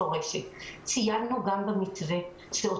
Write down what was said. לנו זכיין